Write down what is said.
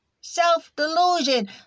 self-delusion